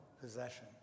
possession